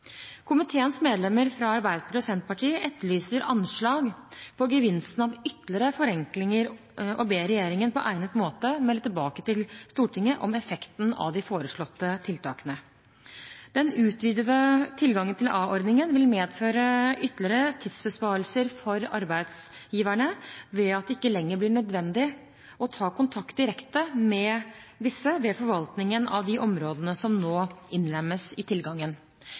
Komiteens medlemmer fra Arbeiderpartiet og Senterpartiet etterlyser anslag på gevinsten av ytterligere forenklinger og ber regjeringen på egnet måte melde tilbake til Stortinget om effekten av de foreslåtte tiltakene. Den utvidede tilgangen til a-ordningen vil medføre ytterligere tidsbesparelse for arbeidsgiverne ved at det ikke lenger blir nødvendig å ta kontakt direkte med disse ved forvaltningen av de områdene som nå innlemmes i tilgangen.